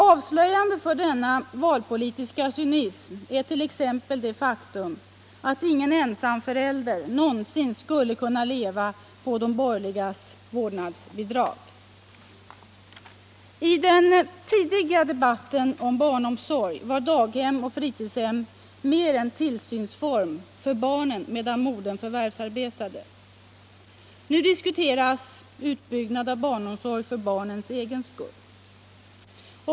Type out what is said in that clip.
Avslöjande för denna valpolitiska cynism är t.ex. det faktum att ingen ensamförälder någonsin skulle kunna leva på de borgerligas vårdnadsbidrag. I den tidiga debatten om barnomsorg var daghem och fritidshem mer en tillsynsform för barnen medan modern förvärvsarbetade. Nu diskuteras en utbyggnad av barnomsorgen för barnets egen skull.